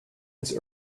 his